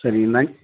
சரி என்ன